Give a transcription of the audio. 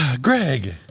Greg